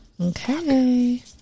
Okay